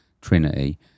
Trinity